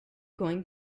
going